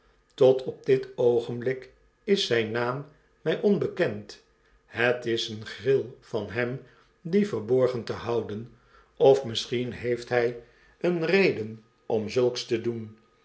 tot op dit oogenblik is zyn naam my onbekend het is eene gril van hem dien verborgen te houden of misschien heeft hy eene reden om zulks te doen